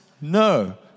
No